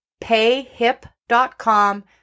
payhip.com